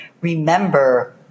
remember